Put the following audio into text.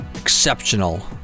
exceptional